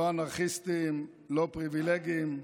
לא אנרכיסטים, לא פריבילגים.